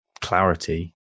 clarity